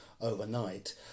overnight